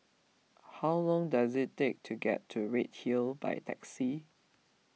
how long does it take to get to Redhill by taxi